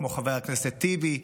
כמו חבר הכנסת טיבי,